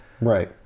Right